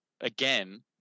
again